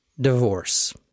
divorce